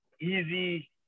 easy